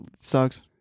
sucks